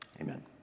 Amen